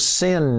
sin